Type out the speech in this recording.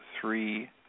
three